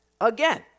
again